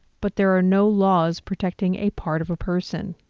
but there are no laws protecting a part of a person,